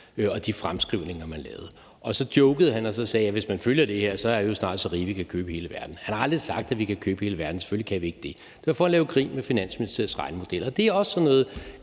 og de fremskrivninger, man lavede. Han jokede og sagde: Hvis man følger det her, er vi jo snart så rige, at vi kan købe hele verden. Han har aldrig sagt, at vi kan købe hele verden – selvfølgelig kan vi ikke det. Det var for at lave grin med Finansministeriets regnemodeller. Så det her er sådan noget